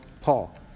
Paul